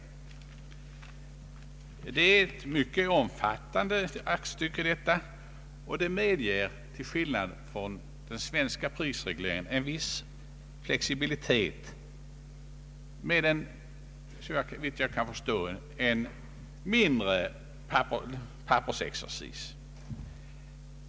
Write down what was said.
Det är ett mycket omfattande aktstycke och medger till skillnad från den svenska prisregleringen en viss flexibilitet med en såvitt jag kan förstå mindre pappersexercis.